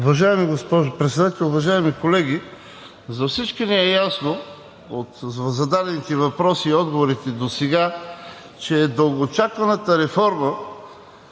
Уважаема госпожо Председател, уважаеми колеги! За всички ни е ясно от зададените въпроси и отговорите досега, че дългоочакваната реформа